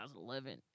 2011